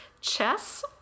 chess